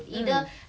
mm